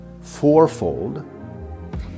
fourfold